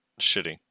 shitty